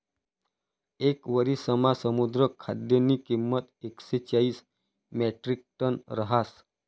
येक वरिसमा समुद्र खाद्यनी किंमत एकशे चाईस म्याट्रिकटन रहास